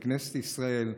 לכנסת ישראל.